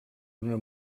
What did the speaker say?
una